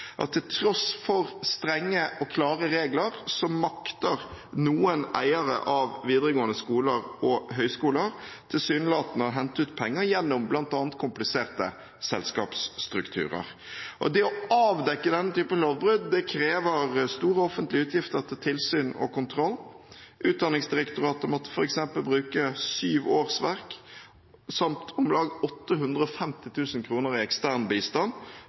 statstilskudd. Til tross for strenge og klare regler makter noen eiere av videregående skoler og høyskoler tilsynelatende å hente ut penger gjennom bl.a. kompliserte selskapsstrukturer. Det å avdekke denne typen lovbrudd krever store offentlige utgifter til tilsyn og kontroll. Utdanningsdirektoratet måtte f.eks. bruke syv årsverk samt om lag 850 000 kr i